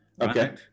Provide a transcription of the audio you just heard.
Okay